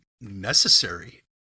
necessary